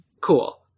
Cool